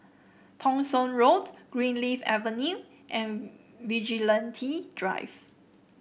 Thong Soon Road Greenleaf Avenue and Vigilante Drive